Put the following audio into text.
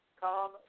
come